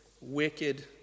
wicked